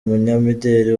umunyamideri